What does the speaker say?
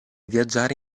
viaggiare